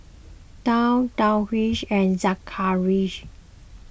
Daud Darwish and Zakarias